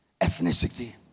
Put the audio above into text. Ethnicity